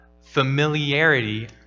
Familiarity